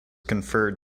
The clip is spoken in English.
conferred